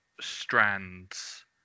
strands